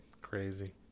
Crazy